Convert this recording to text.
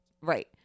Right